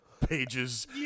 pages